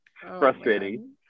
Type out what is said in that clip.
Frustrating